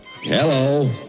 Hello